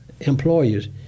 employers